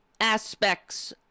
aspects